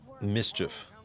mischief